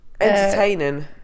Entertaining